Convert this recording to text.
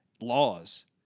laws